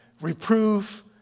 reproof